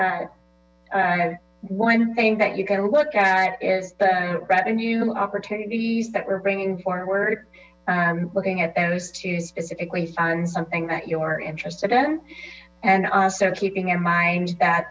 comment one thing that you can look at is the revenue opportunities that we're bringing forward looking at those to specifically fund something that your interested in and also keeping in mind that